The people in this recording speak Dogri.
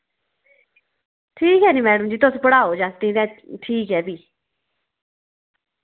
ठीक ऐ नी मैडम जी तुस पढ़ाओ जागतें गी तां ठीक ऐ भी